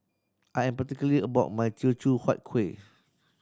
I am particular about my Teochew Huat Kueh